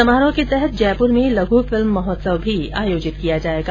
समारोह के तहत जयपुर में लघू फिल्म महोत्सव भी आयोजित किया जाएगा